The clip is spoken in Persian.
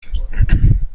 کرد